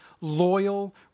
loyal